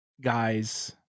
guys